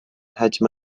حجم